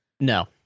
no